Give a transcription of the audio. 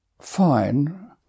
Fine